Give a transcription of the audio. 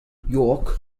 york